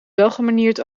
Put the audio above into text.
welgemanierd